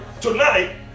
tonight